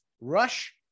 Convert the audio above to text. rush